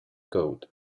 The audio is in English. code